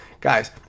guys